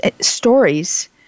stories